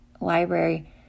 library